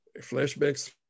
Flashbacks